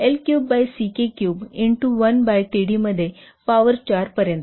L cube by C k cube into 1 by t d मध्ये power 4 पर्यंत